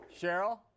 Cheryl